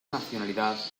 nacionalidad